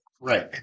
Right